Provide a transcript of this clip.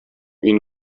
این